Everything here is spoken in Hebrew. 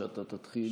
שאתה תתחיל,